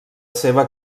seva